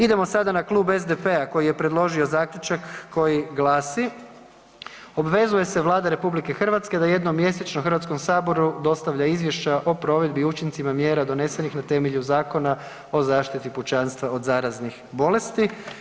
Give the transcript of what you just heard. Idemo sada na Klub SDP-a koji je predložio zaključak koji glasi: „Obvezuje se Vlada RH da jednom mjesečno HS dostavlja izvješća o provedbi i učincima mjera donesenih na temelju Zakona o zaštiti pučanstva od zaraznih bolesti.